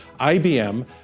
IBM